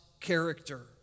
character